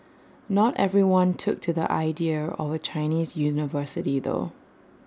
not everyone took to the idea of A Chinese university though